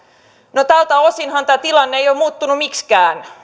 no tältä osinhan tämä tilanne ei ole muuttunut miksikään